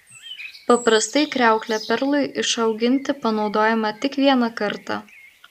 paprastai kriauklė perlui išauginti panaudojama tik vieną kartą